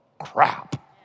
crap